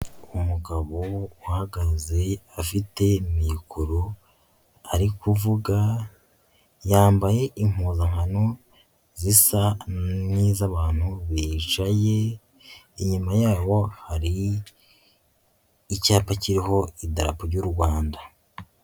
Umugabo uhagaze afite mikoro ari kuvuga, yambaye impuzankano zisa n'iz'abantu bicaye, inyuma yabo hari icyapa kiriho idarapo ry'u Rwanda.